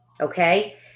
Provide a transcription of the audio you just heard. Okay